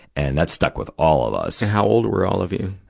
and that stuck with all of us. and how old were all of you?